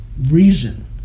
reason